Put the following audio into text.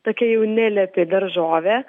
tokia jau nelepi daržovė